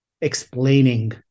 explaining